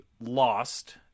lost